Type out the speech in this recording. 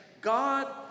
God